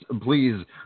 please